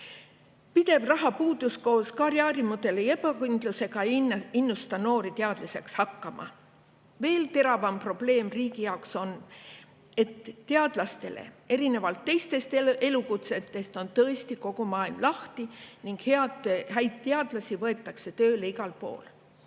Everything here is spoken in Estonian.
peal? Pidev rahapuudus koos karjäärimudeli ebakindlusega ei innusta noori teadlaseks hakkama. Veel teravam probleem riigi jaoks on, et teadlastele erinevalt teistest elukutsetest on tõesti kogu maailm lahti ning häid teadlasi võetakse tööle igal pool. Mida